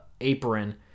apron